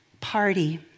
party